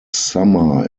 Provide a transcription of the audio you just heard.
summer